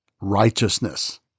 righteousness